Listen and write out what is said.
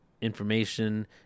information